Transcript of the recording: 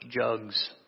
jugs